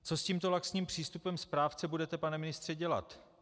Co s tímto laxním přístupem správce budete, pane ministře, dělat?